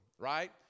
right